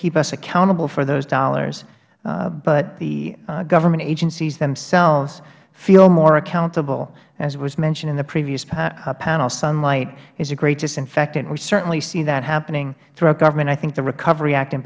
keep us accountable for those dollars but the government agencies themselves feel more accountable as was mentioned in the previous panel sunlight is a great disinfectant we certainly see that happening throughout government i think the recovery